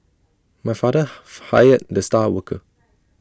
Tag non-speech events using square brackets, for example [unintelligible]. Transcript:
my father [unintelligible] fired the star worker